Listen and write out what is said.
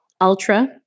Ultra